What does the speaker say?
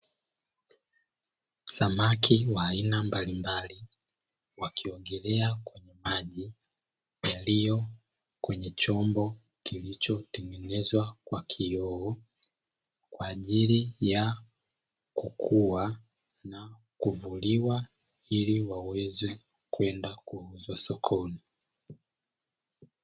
Samaki wa aina mbalimbali wakiogelea kwenye maji yaliyo kwenye chombo kilichotengenezwa kwa kioo, kwa ajili ya kukua na kuvuliwa ili waweze kwenda kuuzwa sokoni.